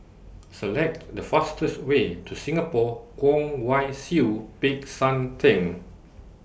Select The fastest Way to Singapore Kwong Wai Siew Peck San Theng